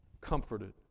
comforted